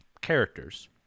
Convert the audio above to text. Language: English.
characters